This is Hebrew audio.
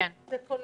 יש לנו